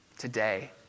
today